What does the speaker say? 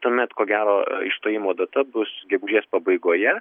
tuomet ko gero išstojimo data bus gegužės pabaigoje